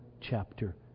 chapter